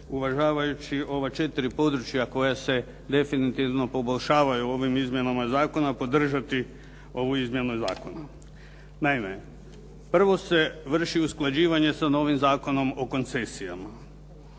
uvažavajući ova četiri područja koja se definitivno poboljšavaju ovim izmjenama zakona podržati ovu izmjenu zakona. Naime, prvo se vrši usklađivanje sa novim Zakonom o koncesijama.